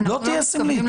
לא תהיה סמלית,